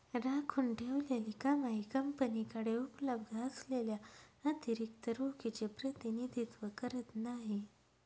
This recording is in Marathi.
राखून ठेवलेली कमाई कंपनीकडे उपलब्ध असलेल्या अतिरिक्त रोखीचे प्रतिनिधित्व करत नाही